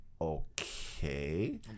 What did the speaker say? okay